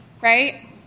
right